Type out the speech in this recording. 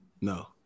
No